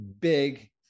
big